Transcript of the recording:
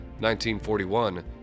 1941